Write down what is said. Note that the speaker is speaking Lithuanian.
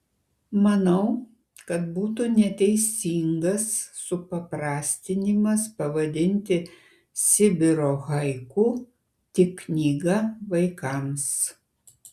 manau kad būtų neteisingas supaprastinimas pavadinti sibiro haiku tik knyga vaikams